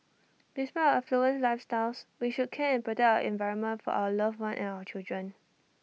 despite our affluent lifestyles we should care and protect our environment for our loved ones and our children